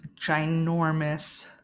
ginormous